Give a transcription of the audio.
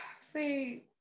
see